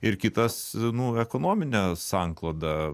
ir kitas nu ekonominė sankloda